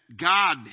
God